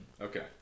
Okay